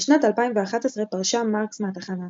בשנת 2011 פרשה מרקס מהתחנה,